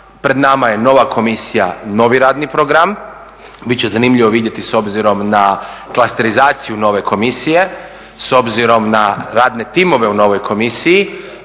Pred nama je nova komisija, novi radni program, bit će zanimljivo vidjeti s obzirom na klasterizaciju nove komisije, s obzirom na radne timove u novoj komisiji,